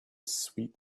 sweet